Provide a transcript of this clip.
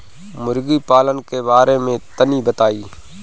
मुर्गी पालन के बारे में तनी बताई?